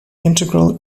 integral